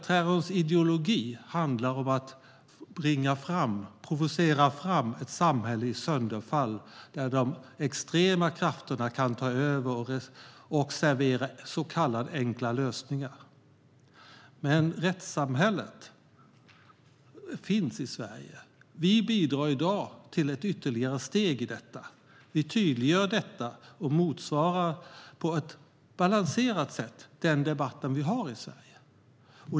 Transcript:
Terrorns ideologi handlar om att provocera fram ett samhälle i sönderfall där de extrema krafterna kan ta över och servera så kallade enkla lösningar. Men rättssamhället finns i Sverige. Vi bidrar i dag till ett ytterligare steg i detta. Vi tydliggör detta och motsvarar på ett balanserat sätt den debatt vi har i Sverige.